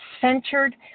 centered